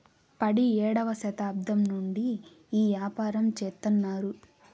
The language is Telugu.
పడియేడవ శతాబ్దం నుండి ఈ యాపారం చెత్తన్నారు